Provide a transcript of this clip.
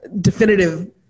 definitive